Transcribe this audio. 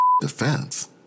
defense